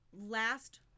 last